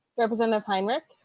represent a pilot.